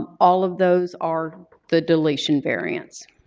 um all of those are the dilation variance.